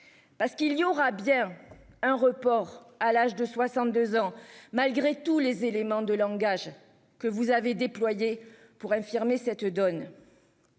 Parce qu'il y aura bien un report à l'âge de 62 ans. Malgré tous les éléments de langage que vous avez déployés pour infirmer cette donne.